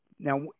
Now